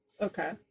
Okay